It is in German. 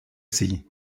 sie